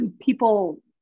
people